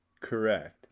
Correct